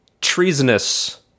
treasonous